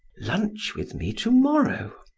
lunch with me to-morrow.